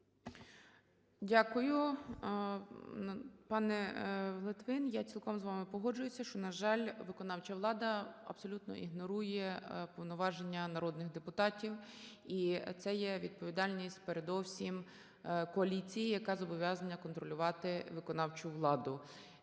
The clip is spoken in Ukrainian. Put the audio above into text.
Дякую. Пане Литвин, я цілком з вами погоджуюся, що, на жаль, виконавча влада абсолютно ігнорує повноваження народних депутатів, і це є відповідальність передовсім коаліції, яка зобов'язана контролювати виконавчу владу.